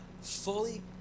fully